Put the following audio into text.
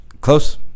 close